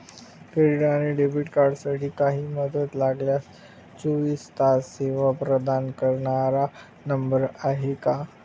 Credit आणि debit कार्डसाठी काही मदत लागल्यास चोवीस तास सेवा प्रदान करणारा नंबर आहे का?